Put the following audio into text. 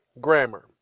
grammar